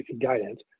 guidance